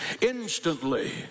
Instantly